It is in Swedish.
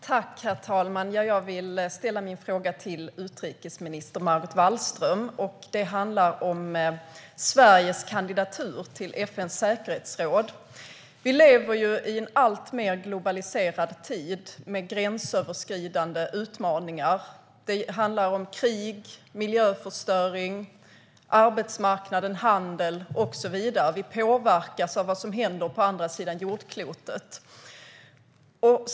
Herr talman! Jag vill ställa min fråga till utrikesminister Margot Wallström. Den handlar om Sveriges kandidatur till FN:s säkerhetsråd. Vi lever i en alltmer globaliserad tid med gränsöverskridande utmaningar. Det handlar om krig, miljöförstöring, arbetsmarknad, handel och så vidare. Vi påverkas av vad som händer på andra sidan jordklotet.